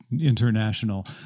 international